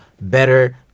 better